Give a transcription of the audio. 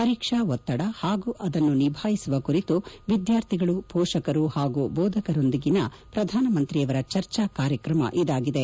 ಪರೀಕ್ಷಾ ಒತ್ತಡ ಹಾಗೂ ಅದನ್ನು ನಿಭಾಯಿಸುವ ಕುರಿತು ವಿದ್ಯಾರ್ಥಿಗಳು ಪೋಷಕರು ಹಾಗೂ ಬೋಧಕರೊಂದಿಗೆ ಪ್ರಧಾನಮಂತ್ರಿಯವರ ಚರ್ಚಾ ಕಾರ್ಯತ್ರಮ ಇದಾಗಿದೆ